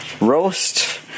roast